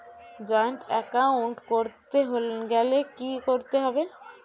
Joint account করতে গেলে কি করতে হবে?